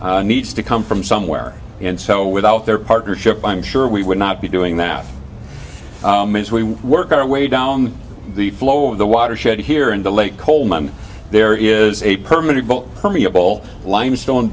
needs to come from somewhere and so without their partnership i'm sure we would not be doing that as we work our way down the flow of the watershed here in the lake coleman there is a permanent